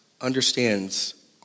understands